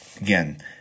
again